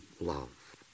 love